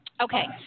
Okay